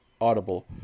Audible